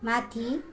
माथि